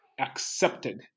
accepted